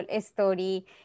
story